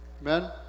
Amen